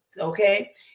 okay